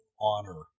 honor